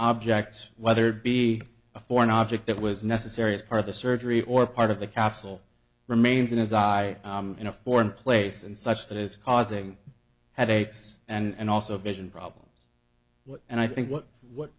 object whether be a foreign object that was necessary as part of the surgery or part of the capsule remains in his eye in a foreign place and such that it's causing headaches and also vision problems what and i think what what